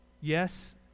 Yes